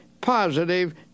positive